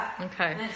Okay